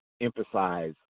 emphasize